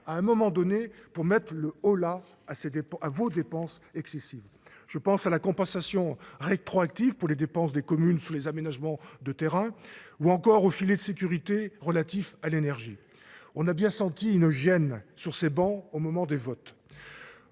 à un moment donné pour mettre le holà à vos dépenses excessives. Je pense à la compensation rétroactive pour les dépenses des communes sous les aménagements de terrain ou encore au filet de sécurité relatif à l'énergie. On a bien senti une gêne sur ces bancs au moment des votes.